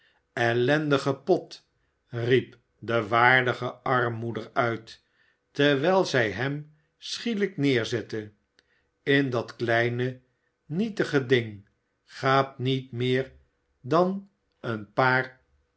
ellendige pot riep de waardige armmoeder uit terwijl zij hem schielijk neerzette in dat kleine nietige ding gaat niet meer dan een paar